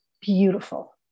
Beautiful